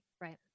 Right